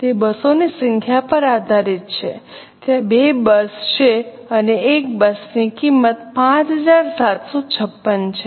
તે બસોની સંખ્યા પર આધારીત છે ત્યાં 2 બસ છે અને એક બસની કિંમત 5756 છે